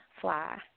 fly